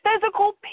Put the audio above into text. physical